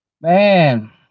Man